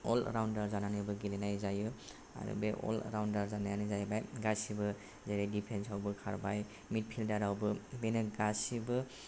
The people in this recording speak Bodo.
अलराउन्डार जानानैबो गेलेनाय जायो आरो बे अलराउन्डार जानायानो जाहैबाय गासैबो जोरै दिफेन्सावबो खारबाय मिडफिल्डारावबो बेनो गासैबो